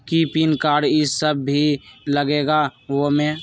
कि PAN card इ सब भी लगेगा वो में?